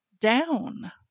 down